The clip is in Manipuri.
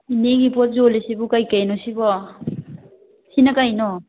ꯏꯅꯦꯒꯤ ꯄꯣꯠ ꯌꯣꯜꯂꯤꯁꯤꯕꯣ ꯀꯩꯀꯩꯅꯣ ꯁꯤꯕꯣ ꯁꯤꯅ ꯀꯩꯅꯣ